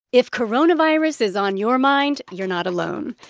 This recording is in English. if coronavirus is on your mind, you're not alone.